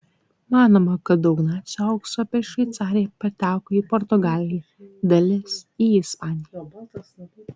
manoma kad daug nacių aukso per šveicariją pateko į portugaliją dalis į ispaniją